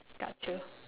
got you